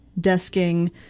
desking